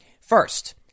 first